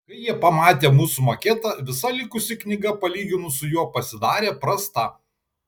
kai jie pamatė mūsų maketą visa likusi knyga palyginus su juo pasidarė prasta